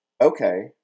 okay